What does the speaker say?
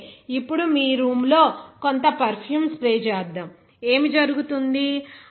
కాబట్టి ఇప్పుడుమీ రూమ్ లో కొంత పెర్ఫ్యూమ్ స్ప్రే చేద్దాం ఏమి జరుగుతుంది